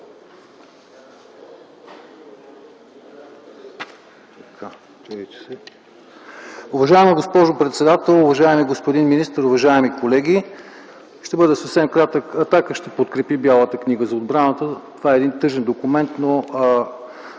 Уважаема госпожо председател, уважаеми господин министър, уважаеми колеги! Ще бъда съвсем кратък. „Атака” ще подкрепи Бялата книга за отбраната. Това е един тъжен документ.